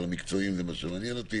אבל המקצועיים זה מה שמעניין אותי